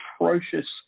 atrocious